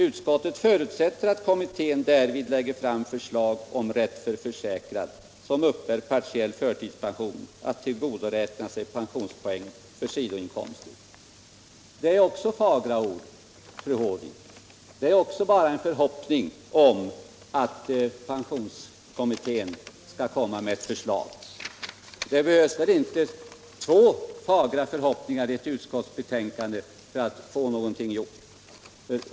Utskottet förutsätter att kommittén därvid lägger fram förslag om rätt för försäkrad som uppbär partiell förtidspension att tillgodoräkna sig pensionspoäng för sidoinkomster ---.” Det är också fagra ord, fru Håvik. Det är också bara en förhoppning om att pensionskommittén skall komma med ett förslag. Det behövs väl inte två fromma förhoppningar i ett utskottsbetänkande för att någonting skall bli gjort.